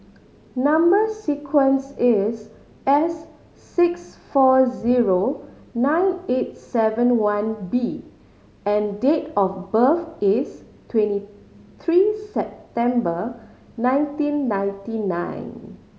number sequence is S six four zero nine eight seven one B and date of birth is twenty three September nineteen ninety nine